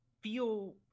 feel